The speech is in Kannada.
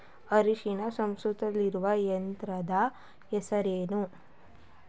ಅರಿಶಿನ ಸಂಸ್ಕರಿಸುವ ಯಂತ್ರದ ಹೆಸರೇನು?